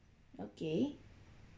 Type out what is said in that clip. okay